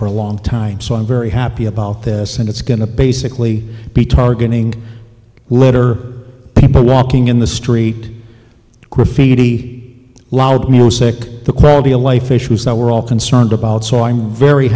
for a long time so i'm very happy about this and it's going to basically be targeting litter people walking in the street graffiti loud music the quality of life issues that we're all concerned about so i'm very